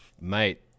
mate